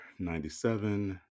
97